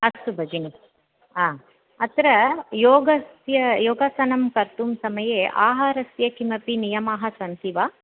अस्तु भगिनि हा अत्र योगस्य योगासनं कर्तुं समये आहारस्य किमपि नियमाः सन्ति वा